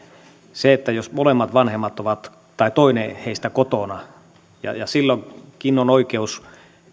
se että jos molemmat vanhemmat tai toinen heistä on kotona ja silloinkin on oikeus